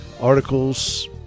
articles